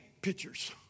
pictures